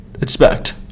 expect